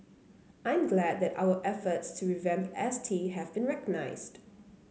I'm glad that our efforts to revamp S T have been recognised